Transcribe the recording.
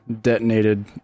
detonated